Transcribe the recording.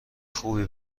خوبی